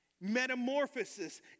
Metamorphosis